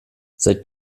seit